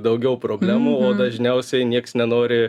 daugiau problemų o dažniausiai nieks nenori